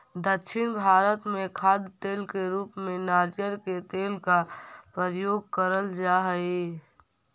दक्षिण भारत में खाद्य तेल के रूप में नारियल के तेल का प्रयोग करल जा हई